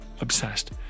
obsessed